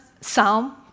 psalm